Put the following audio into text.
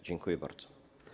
Dziękuję bardzo.